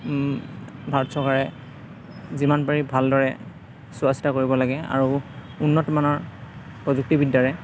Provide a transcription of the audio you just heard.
ভাৰত চৰকাৰে যিমান পাৰি ভালদৰে চোৱা চিতা কৰিব লাগে আৰু উন্নতমানৰ প্ৰযুক্তিবিদ্যাৰে